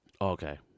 okay